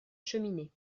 cheminée